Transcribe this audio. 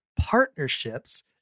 partnerships